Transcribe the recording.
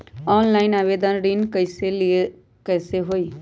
Online आवेदन ऋन के लिए कैसे हुई?